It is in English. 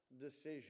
decision